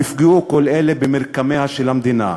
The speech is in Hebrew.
יפגעו כל אלה במרקמיה של המדינה,